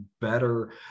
better